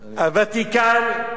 הוותיקן,